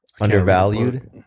undervalued